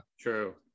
true